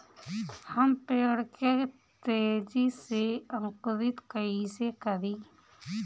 हम पेड़ के तेजी से अंकुरित कईसे करि?